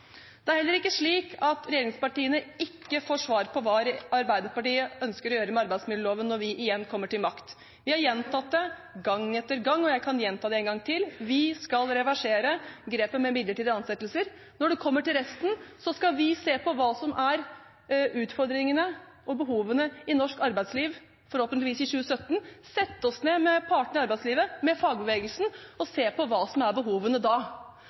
Det er heller ikke slik at regjeringspartiene ikke får svar på hva Arbeiderpartiet ønsker å gjøre med arbeidsmiljøloven når vi igjen kommer til makt. Vi har gjentatt det gang etter gang, og jeg kan gjenta det en gang til: Vi skal reversere grepet med midlertidige ansettelser. Når det kommer til resten, skal vi se på hva som er utfordringene og behovene i norsk arbeidsliv, forhåpentligvis i 2017, sette oss ned med partene i arbeidslivet, med fagbevegelsen, og se på hva som er behovene da.